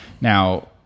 Now